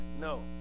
No